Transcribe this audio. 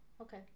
okay